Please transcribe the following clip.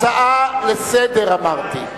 הצעה לסדר-היום, אמרתי.